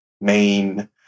main